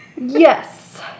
Yes